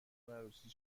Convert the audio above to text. عروسی